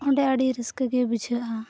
ᱚᱸᱰᱮ ᱟᱹᱰᱤ ᱨᱟᱹᱥᱠᱟᱹᱜᱮ ᱵᱩᱡᱷᱟᱹᱜᱼᱟ